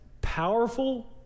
powerful